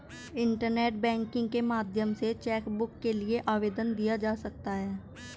internet banking के माध्यम से चैकबुक के लिए आवेदन दिया जा सकता है